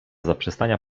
zaprzestania